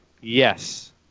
Yes